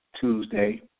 Tuesday